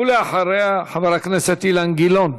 ואחריה, חבר הכנסת אילן גילאון.